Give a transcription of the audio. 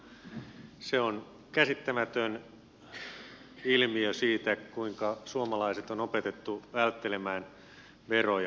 minusta se on käsittämätön ilmiö siitä kuinka suomalaiset on opetettu välttelemään veroja